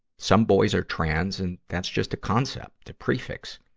some boys are trans, and that's just a concept, a prefix.